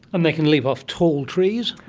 and they can leap of tall trees?